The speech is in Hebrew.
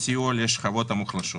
סיוע לשכבות המוחלשות.